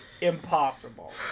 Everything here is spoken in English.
impossible